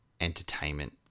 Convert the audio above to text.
entertainment